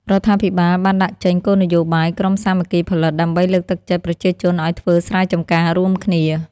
រដ្ឋាភិបាលបានដាក់ចេញគោលនយោបាយ ក្រុមសាមគ្គីផលិតដើម្បីលើកទឹកចិត្តប្រជាជនឱ្យធ្វើស្រែចម្ការរួមគ្នា ។